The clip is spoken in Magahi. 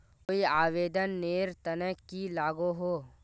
कोई आवेदन नेर तने की लागोहो?